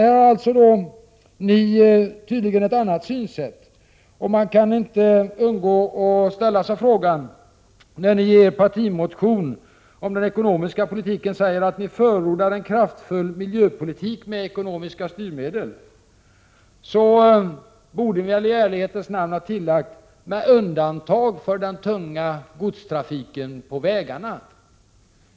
Därvidlag har ni tydligen ett annat synsätt. Jag kan inte undgå att göra reflexionen, att när ni i er partimotion om den ekonomiska politiken säger att ni förordar en kraftfull miljöpolitik med ekonomiska styrmedel, så borde ni i ärlighetens namn ha tillagt: med undantag för den tunga godstrafiken på vägarna.